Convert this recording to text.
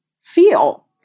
feel